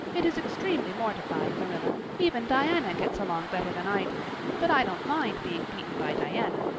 it is extremely mortifying, marilla. even diana gets along better than i do. but i don't mind being beaten by diana.